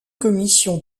commissions